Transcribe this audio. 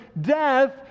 death